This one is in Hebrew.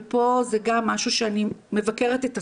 ופה זה גם משהו שאני מבקרת את עצמי,